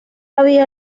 había